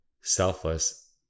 selfless